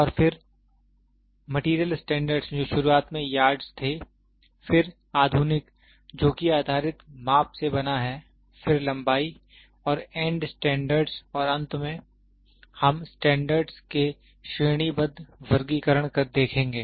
और फिर material standards जो शुरुआत में यार्डस् थे फिर आधुनिक जो कि आधारित माप से बना है फिर लंबाई और एंड स्टैंडर्ड्स और अंत में हम स्टैंडर्ड्स के श्रेणीबद्ध वर्गीकरण देखेंगे